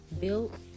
built